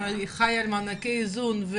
היא חיה על מענקי איזון,